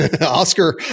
Oscar